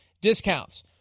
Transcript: discounts